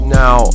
now